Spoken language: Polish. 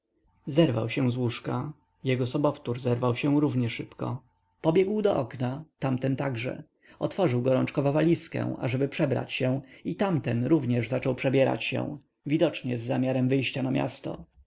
zerwał się z łóżka jego sobotwór zerwał się równie szybko pobiegł do okna tamten także otworzył gorączkowo walizkę ażeby przebrać się i tamten również zaczął przebierać się widocznie z zamiarem wyjścia na miasto